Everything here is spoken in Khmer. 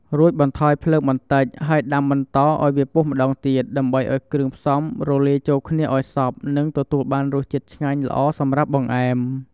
រួចបន្ថយភ្លើងបន្តិច ហើយដាំបន្តឱ្យវាពុះម្តងទៀត ដើម្បីឱ្យគ្រឿងផ្សំរលាយចូលគ្នាឱ្យសព្វ និងទទួលបានរសជាតិឆ្ងាញ់ល្អសម្រាប់បង្អែម។